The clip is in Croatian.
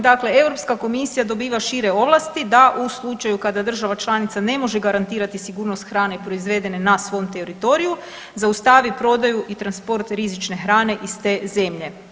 Dakle, EU komisija dobiva šire ovlasti da u slučaju kada država članica ne može garantirati sigurnost hrane proizvedene na svom teritoriju, zaustavi prodaju i transport rizične hrane iz te zemlje.